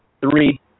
three